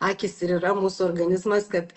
akys ir yra mūsų organizmas kad